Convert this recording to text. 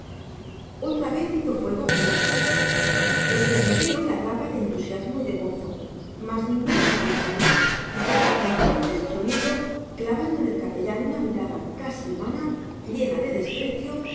otra vez hizo fuego julián el perdiguero ladraba de entusiasmo y de gozo mas ninguna perdiz cayó entonces chonito clavando en el capellán una mirada casi humana llena de desprecio